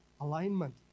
alignment